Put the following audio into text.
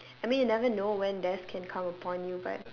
I mean you never know when death can come upon you but